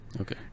Okay